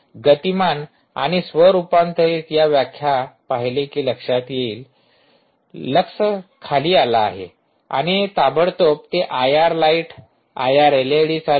गतिमान आणि स्व रुपांतरित या व्याख्या पहिले कि लक्षात येईल लक्स खाली आला आहे आणि ताबडतोब ते आयआर लाइट आयआर एलईडी चालू करेल